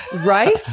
Right